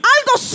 Algo